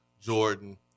Jordan